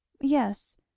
yes